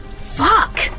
Fuck